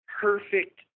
perfect